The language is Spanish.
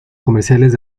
comerciales